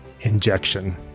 injection